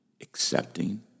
accepting